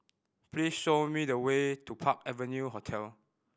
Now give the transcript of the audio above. please show me the way to Park Avenue Hotel